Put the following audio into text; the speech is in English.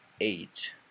eight